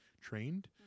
trained